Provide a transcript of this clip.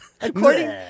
According